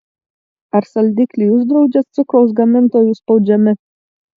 ar saldiklį uždraudžia cukraus gamintojų spaudžiami